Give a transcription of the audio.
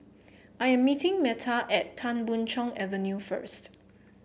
I am meeting Meta at Tan Boon Chong Avenue first